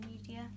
media